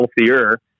healthier